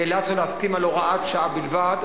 נאלצנו להסכים על הוראת שעה בלבד,